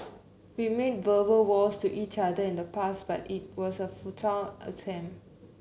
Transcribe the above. we made verbal vows to each other in the past but it was a futile attempt